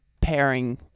pairing